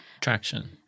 Traction